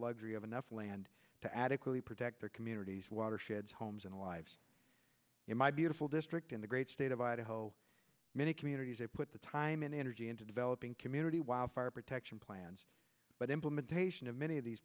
luxury of enough land to adequately protect their communities watersheds homes and lives in my beautiful district in the great state of idaho many communities to put the time and energy into developing community wildfire protection plans but implementation of many of these